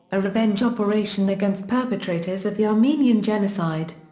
a revenge operation against perpetrators of the armenian genocide.